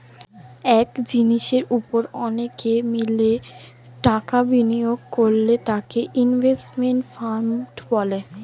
এক জিনিসের উপর অনেকে মিলে টাকা বিনিয়োগ করলে তাকে ইনভেস্টমেন্ট ফান্ড বলে